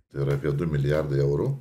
tai yra apie du milijardai eurų